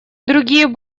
другие